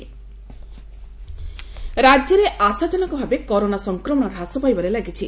corona Odisha ରାଜ୍ୟରେ ଆଶାଜନକ ଭାବେ କରୋନା ସଂକ୍ରମଣ ହ୍ରାସ ପାଇବାରେ ଲାଗିଛି